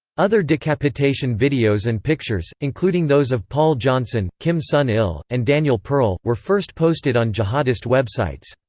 other decapitation videos and pictures, including those of paul johnson, kim sun-il, and daniel pearl, were first posted on jihadist websites.